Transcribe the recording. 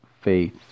faith